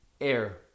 air